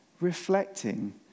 reflecting